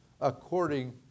according